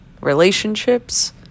relationships